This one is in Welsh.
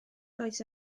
dois